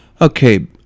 Okay